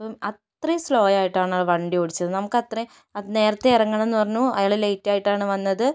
അപ്പം അത്രയും സ്ലോ ആയിട്ടാണ് വണ്ടി ഓടിച്ചത് നമുക്ക് അത്രയും നേരത്തെ ഇറങ്ങണം എന്ന് പറഞ്ഞു അയാൾ ലേറ്റ് ആയിട്ടാണ് വന്നത്